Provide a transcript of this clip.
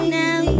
now